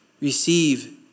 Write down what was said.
Receive